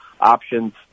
options